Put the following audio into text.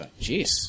jeez